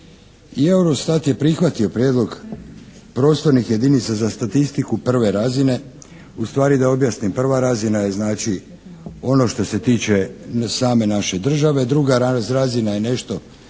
i Eurostat je prihvatio prijedlog prostornih jedinica za statistiku prve razine. Ustvari da objasnim. Prva razina je znači ono što se tiče same naše države, druga razina je nešto